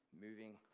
moving